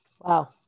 Wow